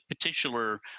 particular